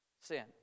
sin